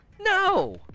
no